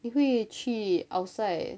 你会去 outside